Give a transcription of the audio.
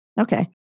Okay